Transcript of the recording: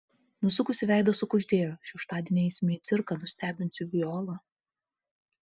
nusukusi veidą sukuždėjo šeštadienį eisime į cirką nustebinsiu violą